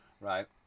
right